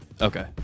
Okay